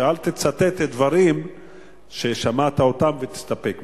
אל תצטט דברים ששמעתם אותם ותסתפק בזה,